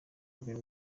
mbere